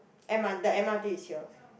m_r the m_r_t is here